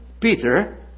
Peter